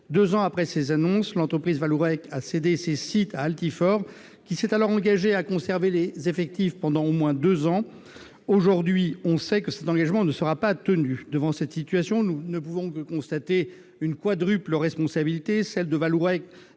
Deux ans après ces annonces, l'entreprise Vallourec a cédé ces sites à Altifort, qui s'était alors engagé à conserver les effectifs pendant au moins deux ans. Aujourd'hui, on sait que cet engagement ne sera pas tenu ! Devant cette situation, nous ne pouvons que relever une quadruple responsabilité : celle de Vallourec,